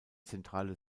zentrale